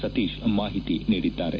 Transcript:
ಸತೀಶ್ ಮಾಹಿತಿ ನೀಡಿದ್ದಾರೆ